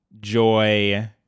joy